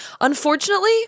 Unfortunately